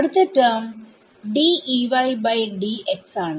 അടുത്ത ടെർമ് ആണ്